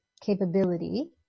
capability